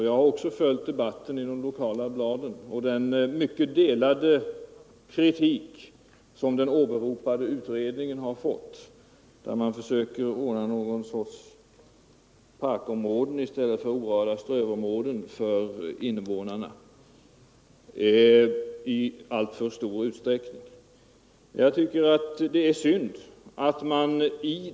Jag har också följt debatten i de lokala bladen och den mycket delade kritik som den åberopade utredningen har fått därför att den i alltför stor utsträckning försöker anordna någon sorts planerade strövområden eller parkområden i stället för orörda strövområden för invånarna.